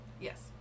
Yes